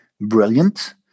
brilliant